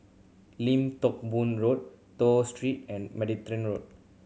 Lim Teck Boo Road Toh Street and Martaban Road